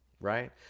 right